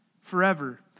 forever